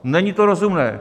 Není to rozumné.